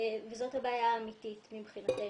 זאת הבעיה האמתית מבחינתנו.